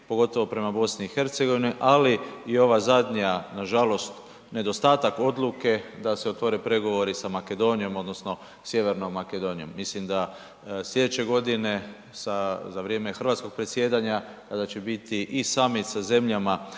pogotovo prema BiH, ali i ova zadnja nažalost nedostatak odluke da se otvore pregovori sa Makedonijom odnosno Sjevernom Makedonijom. Mislim da sljedeće godine za vrijeme hrvatskog predsjedanja da će biti i summit sa zemljama